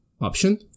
Option